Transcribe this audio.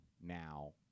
now